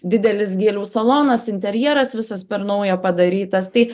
didelis gėlių salonas interjeras visas per naują padarytas tai